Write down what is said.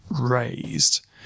raised